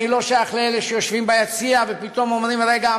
אני לא שייך לאלה שיושבים ביציע ופתאום אומרים: רגע,